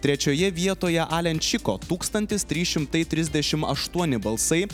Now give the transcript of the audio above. trečioje vietoje alenčiko tūkstantis trys šimtai trisdešim aštuoni balsai